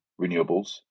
renewables